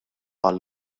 għal